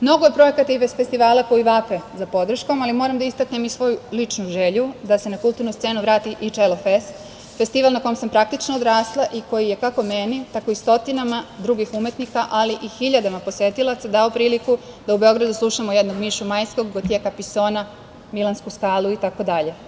Mnogo je projekata i festivala koji vape za podrškom, ali moram da istaknem i svoju ličnu želju da se na kulturnu scenu vrati i „Čelo fest“, festival na kome sam praktično odrasla i koji je kako za mene i stotinama drugih umetnika, ali i hiljadama posetilaca dao priliku da u Beogradu slušamo jednog Mišu Majskog, Gotjea Kapisona, Milansku skalu itd.